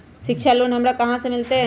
शिक्षा लोन हमरा कहाँ से मिलतै?